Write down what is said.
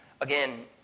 Again